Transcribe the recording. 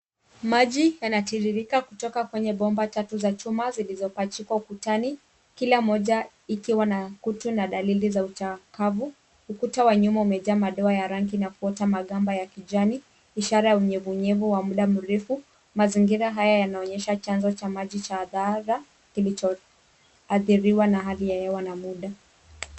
Maji yanatiririka kutoka kwenye bomba tatu za chuma zilizopachikwa ukutani, kila moja ikiwa na kutu na dalili za uchakavu. Ukuta wa nyuma umejaa madoa na kuota maganda ya kijani, ishara ya unyevunyevu wa muda mrefu. Mazingira haya yanaonyesha chanzo cha maji cha dhaara kilichoathiriwa na hali ya hewa na muda.